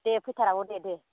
दे फैथार आब' दे दे